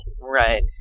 Right